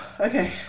Okay